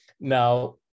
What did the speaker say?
Now